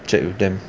check with them